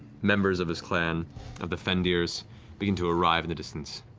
members of his clan of the fendirs begin to arrive in the distance.